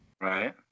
Right